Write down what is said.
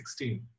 2016